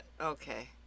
okay